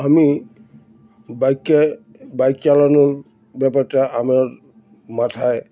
আমি বাইককে বাইক চালানোর ব্যাপারে আমার মাথায়